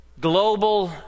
Global